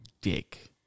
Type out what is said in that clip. dick